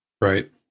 Right